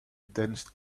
dense